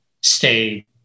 stay